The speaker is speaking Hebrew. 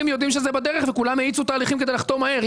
יודעים שזה בדרך וכולם האיצו תהליכים כדי לחתום מהר.